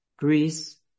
Greece